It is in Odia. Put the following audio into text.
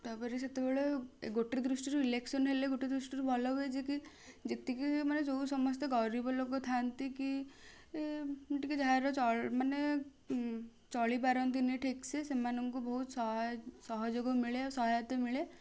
ତାପରେ ସେତବେଳେ ଗୋଟେ ଦୃଷ୍ଟିରୁ ଇଲେକ୍ସନ ହେଲେ ଗୋଟେ ଦୃଷ୍ଟିରୁ ଭଲ ହୁଏ ଯେ କି ଯେତିକି ମାନେ ଯେଉଁ ସମସ୍ତେ ଗରିବ ଲୋକ ଥାଆନ୍ତି କି ଟିକେ ଯାହାର ଚଳ ମାନେ ଚଳି ପାରନ୍ତିନି ଠିକ୍ ସେ ସେମାନଙ୍କୁ ବହୁତ ସହାୟ ସହଯୋଗ ମିଳେ ଆଉ ସହାୟତା ମିଳେ